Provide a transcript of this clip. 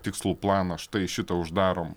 tikslų planą štai šitą uždarom